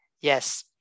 Yes